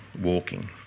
walking